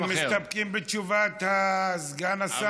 החברים מסתפקים בתשובת סגן השר?